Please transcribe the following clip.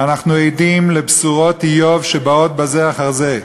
אנחנו עדים לבשורות איוב שבאות זו אחר זו,